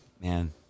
Man